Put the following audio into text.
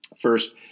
First